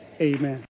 Amen